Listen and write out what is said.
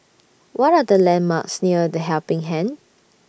What Are The landmarks near The Helping Hand